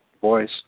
Boys